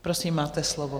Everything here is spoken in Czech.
Prosím, máte slovo.